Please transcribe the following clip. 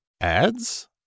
ads